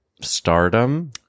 stardom